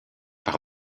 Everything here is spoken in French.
par